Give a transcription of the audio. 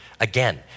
Again